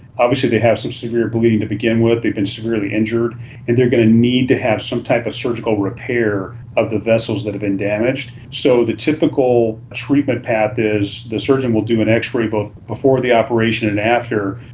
obviously they have some severe bleeding to begin with, they have been severely injured and they are going to need to have some type of surgical repair of the vessels that have been damaged. so the typical treatment path is the surgeon will do an x-ray both before the operation and after,